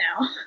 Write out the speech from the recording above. now